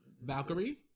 Valkyrie